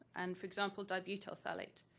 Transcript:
and for example, dibutyl phthalate.